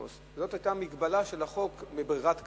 זאת היתה המגבלה של החוק לברירת קנס.